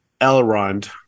Elrond